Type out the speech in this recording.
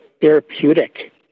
therapeutic